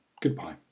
goodbye